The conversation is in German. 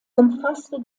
umfasste